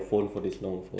ya